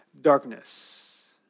darkness